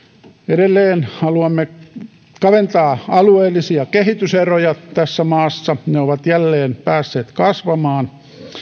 edelleen haluamme kaventaa alueellisia kehityseroja tässä maassa ne ovat jälleen päässeet kasvamaan